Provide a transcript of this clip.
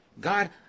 God